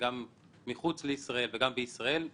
גם מחוץ לישראל וגם בישראל.